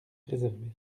réserver